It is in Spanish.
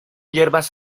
hierbas